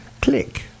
click